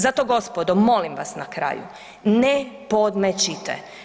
Zato, gospodo, molim vas, na kraju, ne podmećite.